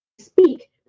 speak